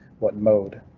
what mode.